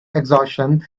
exhaustion